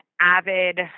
avid